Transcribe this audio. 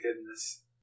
goodness